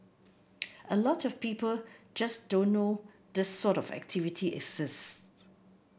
a lot of people just don't know this sort of activity exists